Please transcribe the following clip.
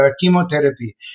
chemotherapy